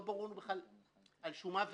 ולכן השינוי פה, לא ברור בכלל על שום מה ולמה.